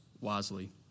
wisely